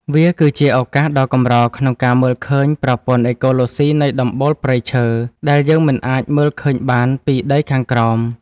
វាគឺជាឱកាសដ៏កម្រក្នុងការមើលឃើញប្រព័ន្ធអេកូឡូស៊ីនៃដំបូលព្រៃឈើ ដែលយើងមិនអាចមើលឃើញបានពីដីខាងក្រោម។